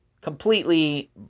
completely